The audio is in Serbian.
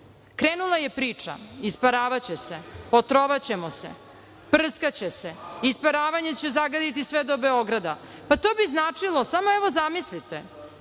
Krenula je priča – isparavaće se, potrovaćemo se, prskaće se, isparavanje će zagaditi sve do Beograda, pa to bi značilo, samo evo zamislite,